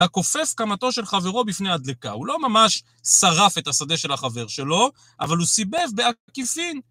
הכופף קמתו של חברו בפני הדליקה, הוא לא ממש שרף את השדה של החבר שלו, אבל הוא סיבב בעקיפין.